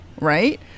right